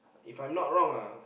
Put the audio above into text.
if I'm not wrong uh